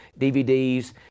DVDs